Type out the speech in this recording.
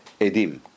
Edim